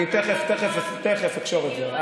אני תכף תכף תכף אקשור את זה.